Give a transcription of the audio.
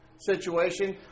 situation